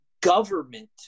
government